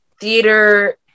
theater